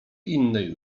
innej